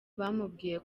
bamubwiye